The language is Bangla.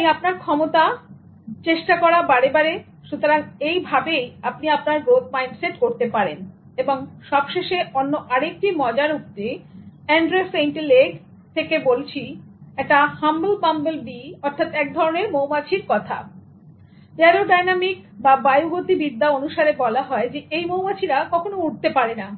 এটা আপনার ক্ষমতা চেষ্টা করা বারে বারে সুতরাং এই ভাবেই আপনি আপনার গ্রোথ মাইন্ডসেট করতে পারেন এবং সবশেষে অন্য আরেকটি মজার উক্তি এন্ড্রে সেইন্টে লেগAndre Sainte Lague থেকে বলছি এটা হাম্বল বাম্বল বি অর্থাৎ একধরণের মৌমাছির কথা অ্যারোডায়নামিক বা বায়ুগতিবিদ্যা অনুসারে বলা হয় এই মৌমাছিরা কখনো উড়তে পারে না